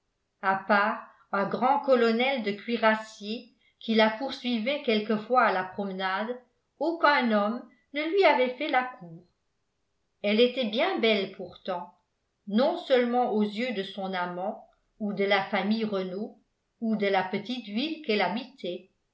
à part un grand colonel de cuirassiers qui la poursuivait quelquefois à la promenade aucun homme ne lui avait fait là cour elle était bien belle pourtant non seulement aux yeux de son amant ou de la famille renault ou de la petite ville qu'elle habitait